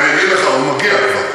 אני אגיד לך, הוא מגיע כבר.